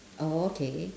okay